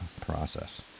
process